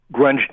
grunge